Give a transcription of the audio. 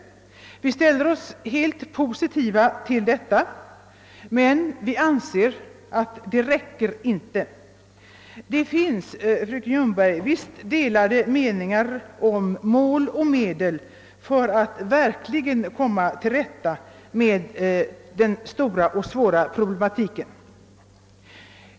Vi ställer oss helt positiva till detta, men vi anser att detta inte räcker. Det finns, fröken Ljungberg, delade meningar om mål och medel för att verkligen komma till rätta med den stora och svåra problematiken.